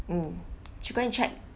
mm to go and check